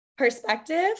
perspective